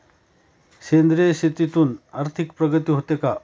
सेंद्रिय शेतीतून आर्थिक प्रगती होते का?